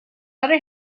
other